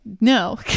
no